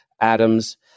Adams